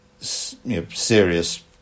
serious